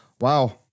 wow